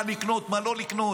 מה לקנות מה לא לקנות,